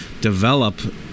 develop